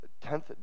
tenth